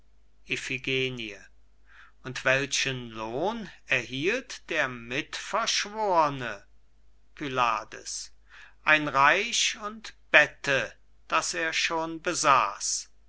und welchen lohn erhielt der mitverschworne pylades ein reich und bette das er schon besaß